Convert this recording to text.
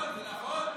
זה נכון,